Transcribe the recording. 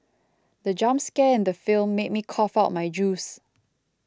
the jump scare in the film made me cough out my juice